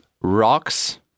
rocks